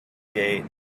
gate